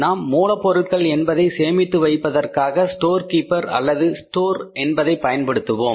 நாம் மூலப்பொருட்கள் என்பதை சேமித்து வைப்பதற்காக ஸ்டோர் கீப்பர் அல்லது ஸ்டோர் என்பதை பயன்படுத்துவோம்